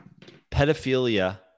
pedophilia